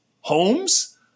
homes